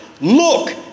look